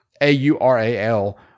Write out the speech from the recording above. A-U-R-A-L